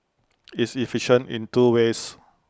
it's efficient in two ways